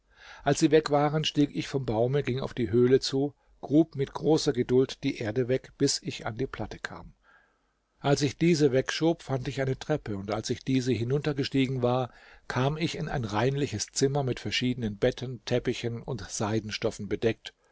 als sie weg waren stieg ich vom baume ging auf die höhle zu grub mit großer geduld die erde weg bis ich an die platte kam als ich diese wegschob fand ich eine treppe und als ich diese hinuntergestiegen war kam ich in ein reinliches zimmer mit verschiedenen betten teppichen und seidenstoffen bedeckt